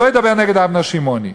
שלא ידבר נגד איתמר שמעוני.